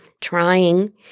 trying